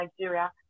Nigeria